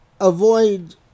avoid